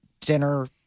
dinner